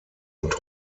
und